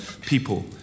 People